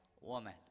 woman